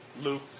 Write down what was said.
Luke